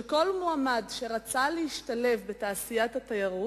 וכל מועמד שרצה להשתלב בתעשיית התיירות,